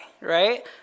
right